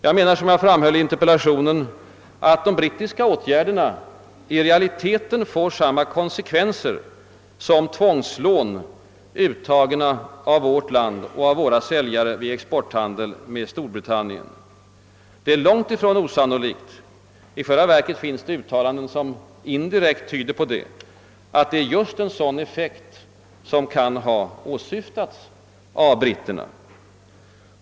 Jag anser, som jag framhöll i min interpellation, att de brittiska åtgärder na i realiteten får samma konsekvenser som tvångslån, uttagna hos vårt land och våra säljare vid exporthandel med Storbritannien. Det är långtifrån osannolikt — i själva verket finns det uttalanden som indirekt tyder på detta — att det är just en sådan effekt som åsyftats av britterna.